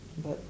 but